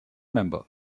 member